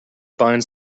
binds